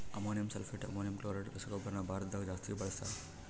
ammonium sulphate, ammonium chloride ರಸಗೊಬ್ಬರನ ಭಾರತದಗ ಜಾಸ್ತಿ ಬಳಸ್ತಾರ